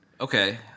okay